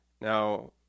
Now